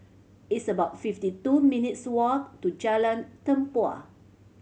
it's about fifty two minutes' walk to Jalan Tempua